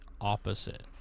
opposite